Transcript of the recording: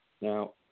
Now